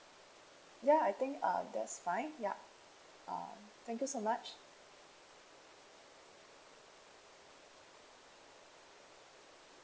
ya I think uh that's fine ya uh thank you so much